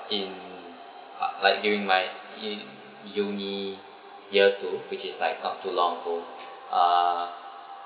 in like during my in uni year two which is like not to long ago ah